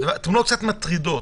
תמונות קצת מטרידות.